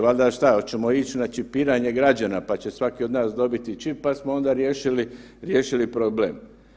Valjda što, hoćemo ići na čipiranje građana pa će svaki od nas dobiti čip pa smo onda riješili problem.